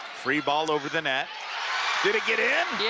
free ball over the net did it get in?